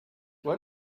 why